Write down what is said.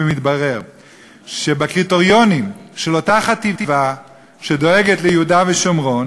ומתברר שאותה חטיבה שדואגת ליהודה ושומרון